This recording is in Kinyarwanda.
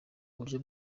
buryo